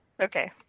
okay